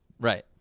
Right